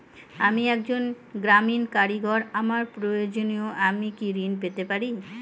আমি একজন গ্রামীণ কারিগর আমার প্রয়োজনৃ আমি কি ঋণ পেতে পারি?